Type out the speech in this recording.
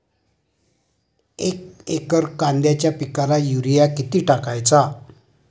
एक एकर कांद्याच्या पिकाला युरिया किती टाकायचा?